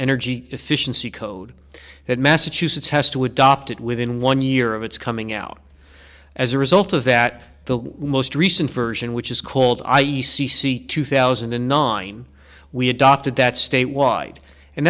energy efficiency code that massachusetts has to adopt it within one year of its coming out as a result of that the most recent version which is called i e c c two thousand and nine we adopted that statewide and